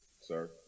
sir